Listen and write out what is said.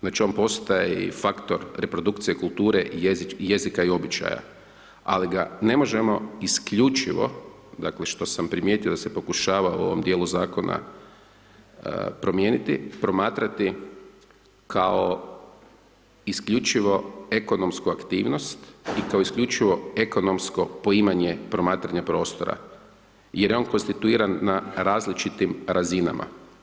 Znači on postaje i faktor reprodukcije kulture, jezika i običaja, ali ga ne možemo isključivo dakle što sam primijetio da se pokušava u ovom djelu zakona promijeniti, promatrati kao isključivo ekonomsku aktivnost i kao isključivo ekonomsko poimanje promatranje prostora jer je on konstituiran na različitim razinama.